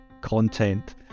content